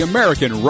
American